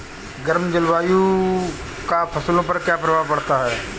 गर्म जलवायु का फसलों पर क्या प्रभाव पड़ता है?